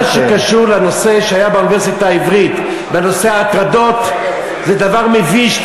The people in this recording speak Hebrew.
מה שקשור לנושא שהיה באוניברסיטה העברית בנושא ההטרדות זה דבר מביש,